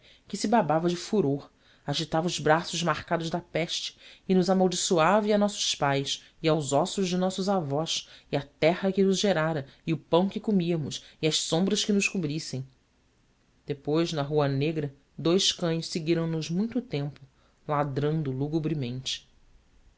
que se babava de furor agitava os braços marcados da peste e nos amaldiçoava e a nossos pais e aos ossos de nossos avós e a terra que nos gerara e o pão que comíamos e as sombras que nos cobrissem depois na rua negra dous cães seguiram nos muito tempo ladrando